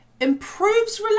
improves